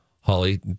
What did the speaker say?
Holly